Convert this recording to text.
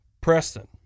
Preston